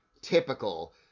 typical